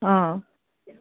অ